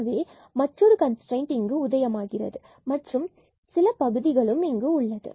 எனவே மற்றொரு கன்ஸ்ட்ரைன்ட் இங்கு உதயமாகிறது மற்றும் பின்பு சில பகுதிகளும் இங்கு உள்ளது